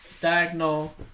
diagonal